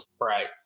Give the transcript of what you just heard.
Right